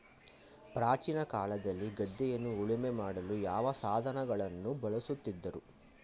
ಪ್ರಾಚೀನ ಕಾಲದಲ್ಲಿ ಗದ್ದೆಯನ್ನು ಉಳುಮೆ ಮಾಡಲು ಯಾವ ಸಾಧನಗಳನ್ನು ಬಳಸುತ್ತಿದ್ದರು?